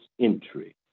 entry